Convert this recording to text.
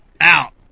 Out